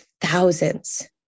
thousands